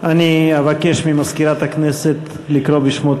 אני אבקש ממזכירת הכנסת לקרוא בשמות